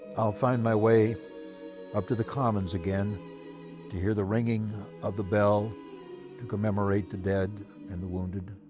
i'll find my way up to the commons again to hear the ringing of the bell to commemorate the dead and the wounded.